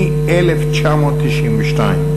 מ-1992.